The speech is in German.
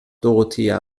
dorothea